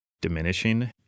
diminishing